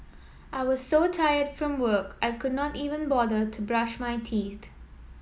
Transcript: I was so tired from work I could not even bother to brush my teeth